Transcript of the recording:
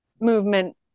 movement